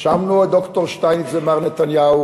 האשמנו את ד"ר שטייניץ ומר נתניהו,